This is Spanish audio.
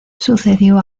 sucedió